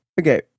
okay